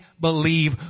believe